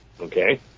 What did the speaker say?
okay